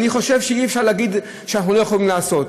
אני חושב שאי-אפשר להגיד שאנחנו לא יכולים לעשות.